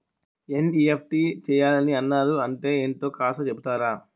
NEFT చేయాలని అన్నారు అంటే ఏంటో కాస్త చెపుతారా?